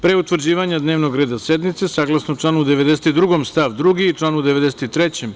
Pre utvrđivanja dnevnog reda sednice, saglasno članu 92. stav 2. i članu 93.